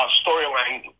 storyline